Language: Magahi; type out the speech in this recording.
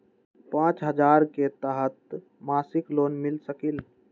पाँच हजार के तहत मासिक लोन मिल सकील?